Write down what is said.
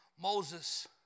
Moses